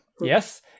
Yes